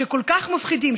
שכל כך מפחידים,